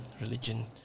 religion